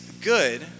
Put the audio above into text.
good